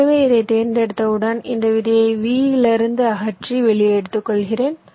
எனவே இதைத் தேர்ந்தெடுத்தவுடன் இந்த விதையை V இலிருந்து அகற்றி வெளியே எடுத்துக்கொள்கிறேன்